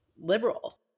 liberal